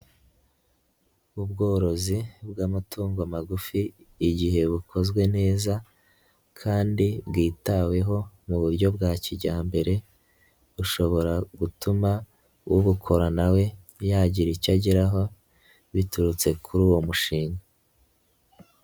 Ubworozi bw'amatungo magufi igihe bukozwe neza kandi bwitaweho mu buryo bwa kijyambere, bushobora gutuma ubukora na we yagira icyo ageraho biturutse kuri uwo mushinga.